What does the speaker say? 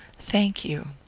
thank you.